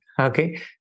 Okay